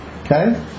Okay